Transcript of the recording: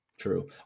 True